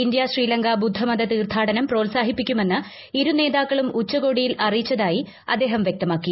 India Sri Lanka ബുദ്ധമത തീർത്ഥാടനം പ്രോത്സാഹിപ്പിക്കുമെന്ന് ഇരുനേതാക്കളും ഉച്ചകോടിയിൽ അറിയിച്ചതായി അദ്ദേഹം വ്യക്തമാക്കി